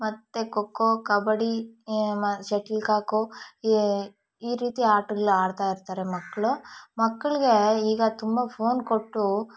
ಮತ್ತು kho kho kabaddi shuttlecock ಈ ಈ ರೀತಿ ಆಟಗಳನ್ನ ಆಡ್ತಾಯಿರ್ತಾರೆ ಮಕ್ಕಳು ಮಕ್ಕಳಿಗೆ ಈಗ ತುಂಬ ಫೋನ್ ಕೊಟ್ಟು